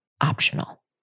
optional